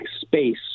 space